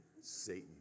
Satan